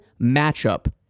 matchup